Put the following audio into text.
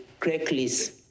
Craigslist